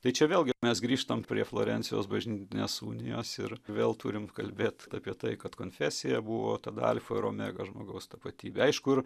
tai čia vėlgi mes grįžtam prie florencijos bažnytinės unijos ir vėl turim kalbėt apie tai kad konfesija buvo tada alfa ir omega žmogaus tapatybė aišku ir